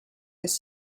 this